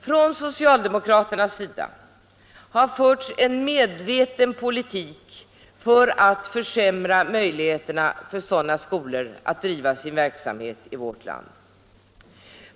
Från socialdemokraternas sida har förts en medveten politik för att försämra möjligheterna för sådana skolor att driva sin verksamhet i vårt land.